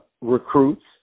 recruits